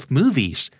movies